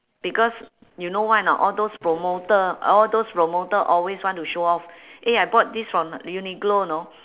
because you know why or not all those promoter all those promoter always want to show off eh I bought this from uniqlo you know